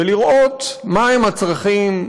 ולראות מהם הצרכים,